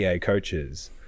coaches